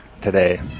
today